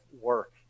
work